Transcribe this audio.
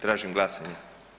Tražim glasanje.